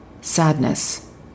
sadness